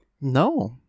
No